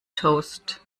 toast